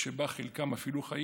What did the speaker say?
שבה חלקם אפילו חיים.